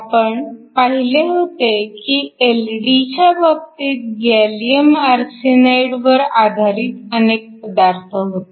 आपण पाहिले होते की एलईडीच्या बाबतीत गॅलीअम आरसेनाइड वर आधारित अनेक पदार्थ होते